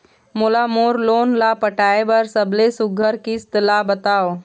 मोला मोर लोन ला पटाए बर सबले सुघ्घर किस्त ला बताव?